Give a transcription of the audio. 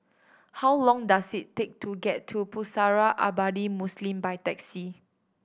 how long does it take to get to Pusara Abadi Muslim by taxi